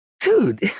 Dude